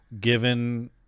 given